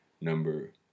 number